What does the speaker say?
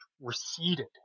receded